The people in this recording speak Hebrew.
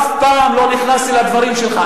אף פעם לא נכנסתי לדברים שלך.